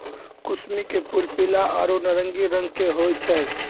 कुसमी के फूल पीला आरो नारंगी रंग के होय छै